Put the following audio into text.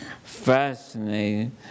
Fascinating